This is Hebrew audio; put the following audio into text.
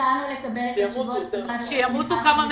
המתנו לקבל תשובות --- מבחני התמיכה,